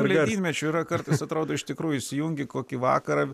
ledynmečiu yra kartais atrodo iš tikrųjų įsijungi kokį vakarą